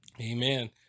Amen